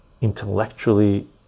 intellectually